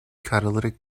catalytic